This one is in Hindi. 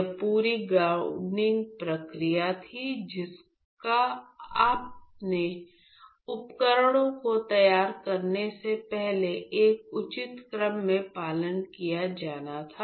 यह पूरी गाउनिंग प्रक्रिया थी जिसका अपने उपकरणों को तैयार करने से पहले एक उचित क्रम में पालन किया जाना था